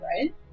right